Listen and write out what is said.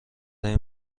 این